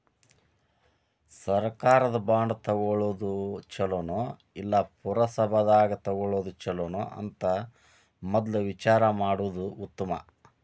ಸರ್ಕಾರದ ಬಾಂಡ ತುಗೊಳುದ ಚುಲೊನೊ, ಇಲ್ಲಾ ಪುರಸಭಾದಾಗ ತಗೊಳೊದ ಚುಲೊನೊ ಅಂತ ಮದ್ಲ ವಿಚಾರಾ ಮಾಡುದ ಉತ್ತಮಾ